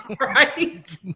Right